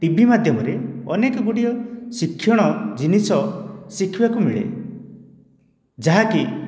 TV ମାଧ୍ୟମରେ ଅନେକ ଗୁଡ଼ିଏ ଶିକ୍ଷଣ ଜିନିଷ ଶିଖିବାକୁ ମିଳେ ଯାହାକି